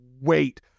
wait